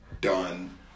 done